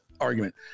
argument